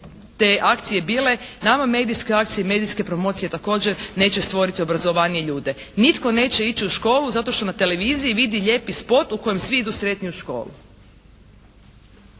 te akcije bile, nama medijske akcije, medijske promocije također neće stvoriti obrazovanije ljude. Nitko neće ići u školu zato što na televiziji vidi lijepi spot u kojem svi idu sretni u školu.